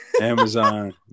Amazon